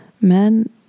men